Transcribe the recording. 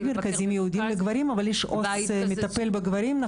אין מרכזים ייעודיים לגברים אבל יש עו"ס מטפל בגברים.